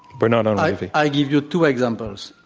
bernard? i give you two examples.